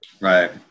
right